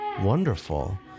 wonderful